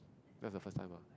because the first time ah